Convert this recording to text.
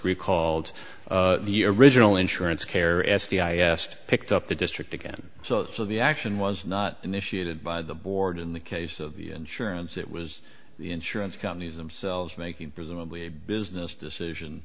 recalled the original insurance carrier s t i i asked picked up the district again so the action was not initiated by the board in the case of the insurance it was the insurance companies themselves making presumably a business decision